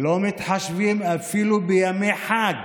לא מתחשבים אפילו בימי חג